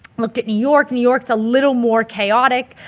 looked at new york new york's a little more chaotic.